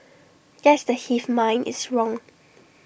guess the hive mind is wrong